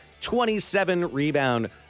27-rebound